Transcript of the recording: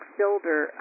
Builder